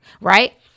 right